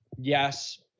Yes